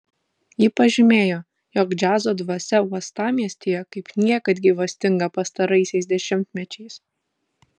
ji pažymėjo jog džiazo dvasia uostamiestyje kaip niekad gyvastinga pastaraisiais dešimtmečiais